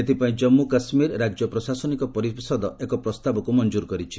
ଏଥିପାଇଁ ଜାନ୍ପୁ କାଶ୍ୱୀର ରାଜ୍ୟ ପ୍ରଶାସନିକ ପରିଷଦ ଏକ ପ୍ରସ୍ତାବକୁ ମଂଜୁର କରିଛି